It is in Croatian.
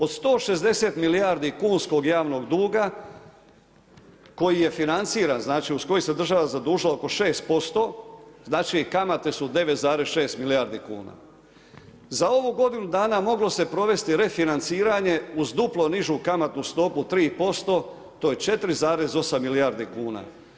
Od 160 milijardi kunskog javnog duga koji je financiran, znači uz kojih se država zadužila oko 6%, znači kamate su 9,6 milijardi kuna, za ovu godinu dana moglo se provesti refinanciranje uz duplo nižu kamatnu stopu 3%, to je 4,8 milijardi kuna.